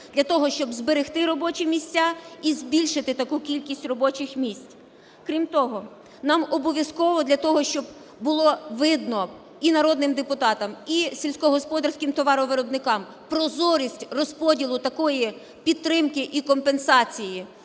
для того, щоб зберегти робочі місця і збільшити таку кількість робочих місць. Крім того, нам обов'язково для того, щоб було видно і народним депутатам, і сільськогосподарським товаровиробникам, прозорість розподілу такої підтримки і компенсації